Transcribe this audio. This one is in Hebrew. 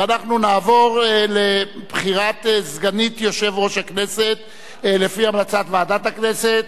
ואנחנו נעבור לבחירת סגנית יושב-ראש הכנסת לפי המלצת ועדת הכנסת.